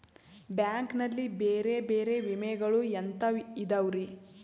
Bank ನಲ್ಲಿ ಬೇರೆ ಬೇರೆ ವಿಮೆಗಳು ಎಂತವ್ ಇದವ್ರಿ?